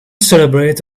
celebrate